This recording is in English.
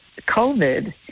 COVID